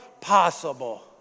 possible